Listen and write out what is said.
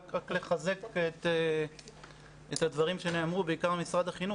רק לחזק את הדברים שנאמרו בעיקר על ידי משרד החינוך.